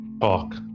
talk